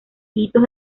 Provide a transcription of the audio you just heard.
hitos